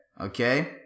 Okay